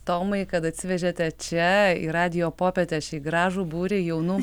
tomai kad atsivežėte čia į radijo popietę šį gražų būrį jaunų